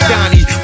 Donnie